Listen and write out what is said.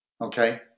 Okay